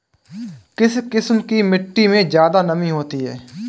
किस किस्म की मिटटी में ज़्यादा नमी होती है?